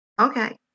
okay